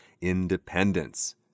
independence